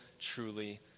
truly